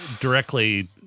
directly